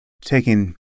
taking